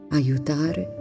aiutare